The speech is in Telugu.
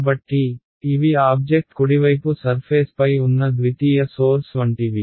కాబట్టి ఇవి ఆబ్జెక్ట్ కుడివైపు సర్ఫేస్పై ఉన్న ద్వితీయ సోర్స్ వంటివి